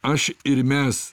aš ir mes